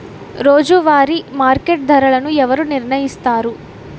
రోజువారి మార్కెట్ ధరలను ఎవరు నిర్ణయిస్తారు?